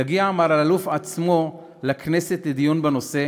יגיע מר אלאלוף עצמו לכנסת לדיון בנושא